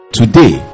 today